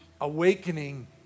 awakening